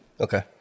Okay